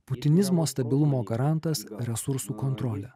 putinizmo stabilumo garantas resursų kontrolė